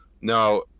Now